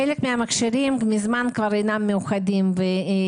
חלק מן המכשירים מזמן כבר אינם מיוחדים והם